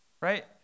Right